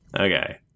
Okay